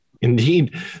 Indeed